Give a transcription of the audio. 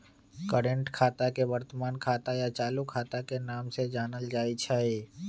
current खाता के वर्तमान खाता या चालू खाता के नाम से जानल जाई छई